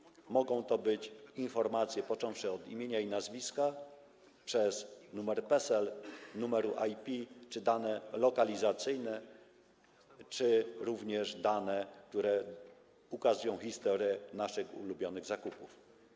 Mogą to być informacje, począwszy od imienia i nazwiska, przez numer PESEL, numer IP, dane lokalizacyjne czy również dane, które ukazują historię naszych ulubionych zakupów.